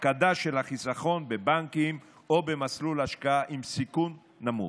הפקדה של החיסכון בבנקים או במסלול השקעה עם סיכון נמוך.